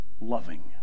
loving